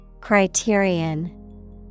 Criterion